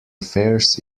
affairs